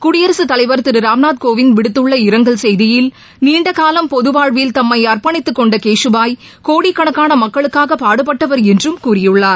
குடியரசுத்தலைவர் திருராம்நாத் கோவிந்த் விடுத்துள்ள இரங்கல் செய்தியில் நீண்டகாலம் பொதுவாழ்வில் தம்மைஅர்ப்பணித்துக்கொண்டகேஷூபாய் கோடிக்கணக்கானமக்களுக்காகபாடுபட்டவர் என்றும் கூறியுள்ளார்